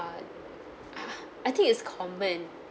uh I think is common